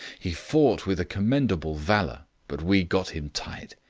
he fought with a commendable valour, but we got him tight.